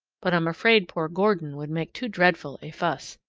but i'm afraid poor gordon would make too dreadful a fuss.